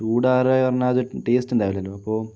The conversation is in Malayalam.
ചൂടാറുകയെന്ന് പറഞ്ഞാൽ അത് ടേസ്റ്റ് ഉണ്ടാവില്ലല്ലോ അപ്പോൾ